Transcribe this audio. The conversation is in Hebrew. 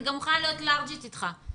אני מוכנה להיות לארג'ית אתך,